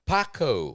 Paco